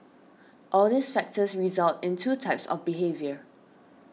all these factors result in two types of behaviour